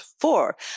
four